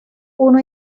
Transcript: uno